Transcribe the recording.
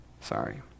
sorry